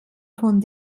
von